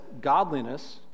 godliness